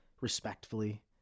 respectfully